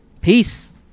Peace